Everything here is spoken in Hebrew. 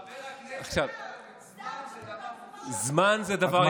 אתה יכול להגיד לו ששר, זמן זה דבר יחסי.